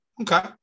Okay